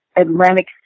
Atlantic